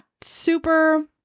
Super